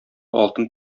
алтын